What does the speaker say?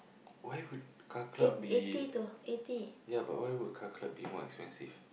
why would car club be ya but why would car club be more expensive